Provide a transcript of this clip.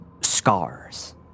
scars